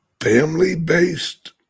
family-based